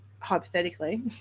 Hypothetically